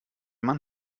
mann